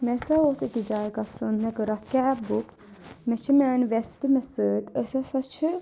مےٚ ہَسا اوس أکِس جایہِ گژھُن مےٚ کٔر اکھ کیب بُک مےٚ چھِ میانہِ ویسہٕ تہِ مےٚ سۭتۍ أسۍ ہَسا چھِ